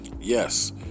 Yes